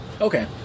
Okay